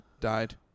died